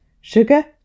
Sugar